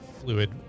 fluid